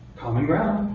common ground.